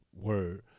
word